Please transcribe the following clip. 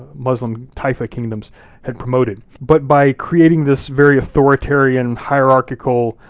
muslim taifa kingdoms had promoted. but by creating this very authoritarian hierarchical